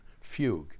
fugue